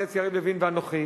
חבר הכנסת יריב לוין ואנוכי,